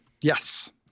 Yes